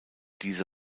diese